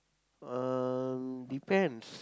um depends